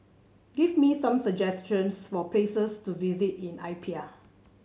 give me some suggestions for places to visit in Apia